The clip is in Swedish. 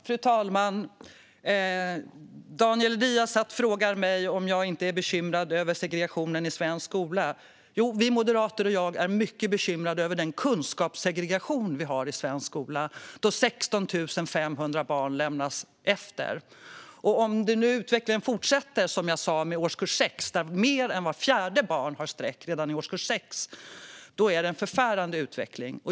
Fru talman! Daniel Riazat frågar mig om jag inte är bekymrad över segregationen i svensk skola. Jo, Moderaterna och jag är mycket bekymrade över den kunskapssegregation som vi har i svensk skola då 16 500 barn lämnas efter. Om utvecklingen fortsätter så att mer än vart fjärde barn har streck redan i årskurs 6, som jag sa, är det en förfärande utveckling.